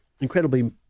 incredibly